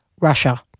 Russia